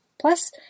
plus